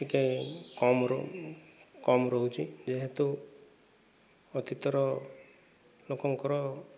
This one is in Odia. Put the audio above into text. ଟିକିଏ କମ କମ ରହୁଛି ଯେହେତୁ ଅତୀତର ଲୋକଙ୍କର